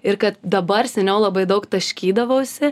ir kad dabar seniau labai daug taškydavausi